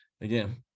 again